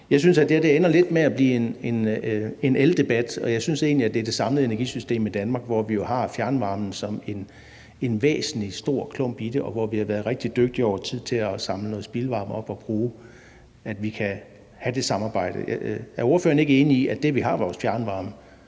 Jeg synes, det her ender lidt med at blive en eldebat, og jeg synes egentlig, den skulle være om det samlede energisystem i Danmark, hvor vi jo har fjernvarmen som en væsentlig stor klump i det, og hvor vi har været rigtig dygtige over tid til at samle noget spildvarme op og bruge og have det samarbejde. Er ordføreren ikke enig i, at det, at vi har vores fjernvarme,